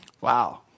Wow